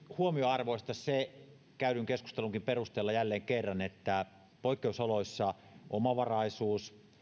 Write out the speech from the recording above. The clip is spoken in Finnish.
huomionarvoista myöskin se käydyn keskustelunkin perusteella jälleen kerran että poikkeusoloissa omavaraisuus